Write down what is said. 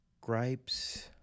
gripes